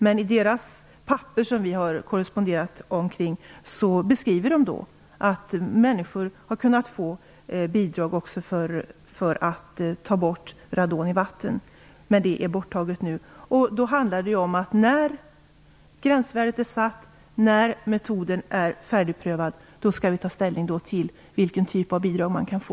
Men i deras papper - och det har vi korresponderat om - beskriver de att människor har kunnat få bidrag också för att ta bort radon i vatten. Denna möjlighet är borttagen nu. Men när gränsvärdet är satt och när metoden är färdigprövad skall vi ta ställning till vilken typ av bidrag man kan få.